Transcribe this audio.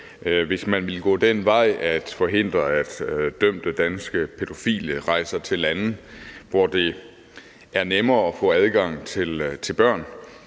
Hvis man vil gå den vej at forhindre, at dømte danske pædofile rejser til lande, hvor det er nemmere at få adgang til børn,